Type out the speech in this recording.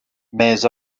mais